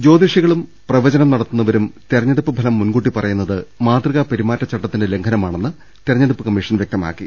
ജ്യോതിഷികളും പ്രവചനം നടത്തുന്നവരും തെരഞ്ഞെടുപ്പ് ഫലം മുൻകൂട്ടി പറയുന്നത് മാതൃകാ പെരുമാ റ്റച്ചട്ടത്തിന്റെ ലംഘനമാണെന്ന് തെരഞ്ഞെടുപ്പ് കമ്മീഷൻ വ്യക്തമാക്കി